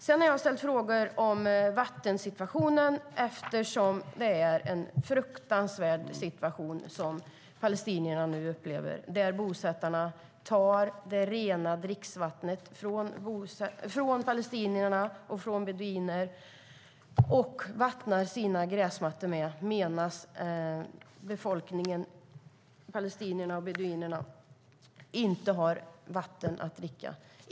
Sedan har jag ställt frågor om vattensituationen, eftersom det är en fruktansvärd situation palestinierna nu upplever. Bosättarna tar det rena dricksvattnet från palestinierna och beduinerna och vattnar sina gräsmattor med medan befolkningen - palestinierna och beduinerna - inte har vatten att dricka.